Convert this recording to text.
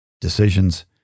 Decisions